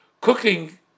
Cooking